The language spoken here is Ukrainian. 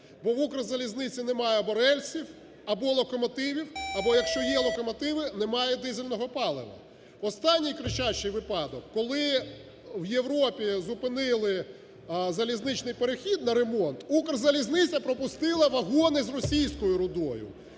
бо в "Укрзалізниці" немає або рельсів, або локомотивів, або, якщо є локомотиви, немає дизельного палива. Останній кричущий випадок, коли в Європі зупинили залізничний перехід на ремонт, "Укрзалізниця" пропустила вагони з російською рудою,